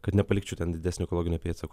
kad nepalikčiau ten didesnio ekologinio pėdsako